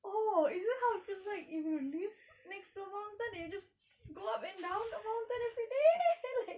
oh it is how it feels like if you live next to mountain and you just go up and down the mountain everyday like